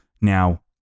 Now